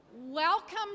Welcome